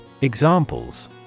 Examples